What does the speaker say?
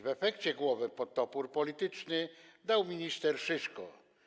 W efekcie głowę pod topór polityczny dał minister Szyszko.